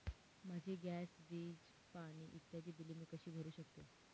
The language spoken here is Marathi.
माझी गॅस, वीज, पाणी इत्यादि बिले मी कशी भरु शकतो?